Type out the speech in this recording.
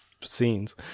scenes